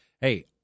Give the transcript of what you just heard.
Hey